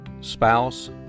spouse